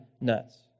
nuts